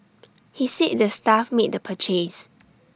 he said the staff made the purchase